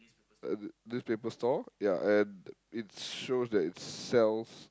uh newspaper store ya and it shows that it sells